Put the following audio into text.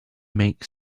make